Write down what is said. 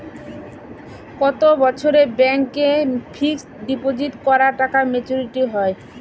কত বছরে ব্যাংক এ ফিক্সড ডিপোজিট করা টাকা মেচুউরিটি হয়?